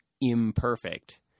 imperfect